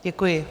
Děkuji.